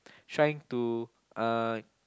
trying to uh